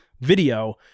video